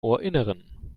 ohrinneren